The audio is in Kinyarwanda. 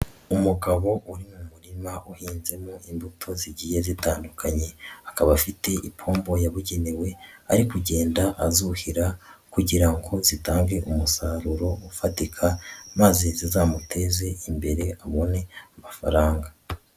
Umugabo uri mu murima uhinzemo imbuto zigiye zitandukanye, akaba afite ipombo yabugenewe ari kugenda azuhira kugira ngo zitange umusaruro ufatika maze zizamuteze imbere abone amafaranga.